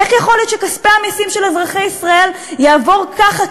איך יכול להיות שכספי המסים של אזרחי ישראל יעברו ככה,